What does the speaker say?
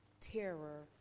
terror